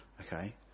Okay